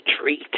treat